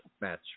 match